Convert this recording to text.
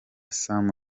sam